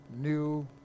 new